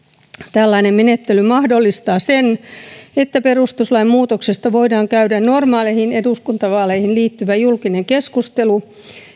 tällainen menettely mahdollistaa sen että perustuslain muutoksesta voidaan käydä normaaleihin eduskuntavaaleihin liittyvä julkinen keskustelu